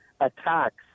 attacks